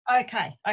Okay